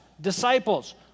disciples